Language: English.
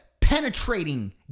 penetrating